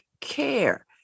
care